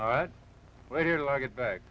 right where did i get back